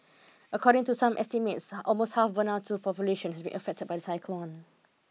according to some estimates almost half Vanuatu's population has been affected by the cyclone